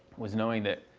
was knowing that